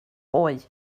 hoe